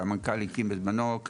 שהקים בזמנו המנכ"ל,